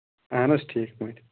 اَہن حظ ٹھیٖک پٲٹھۍ